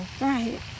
Right